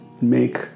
make